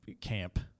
camp